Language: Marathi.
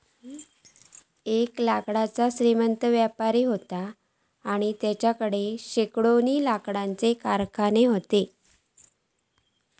एक लाकडाचो श्रीमंत व्यापारी व्हतो आणि तेच्याकडे शेकडोनी लाकडाचे कारखाने व्हते